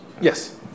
Yes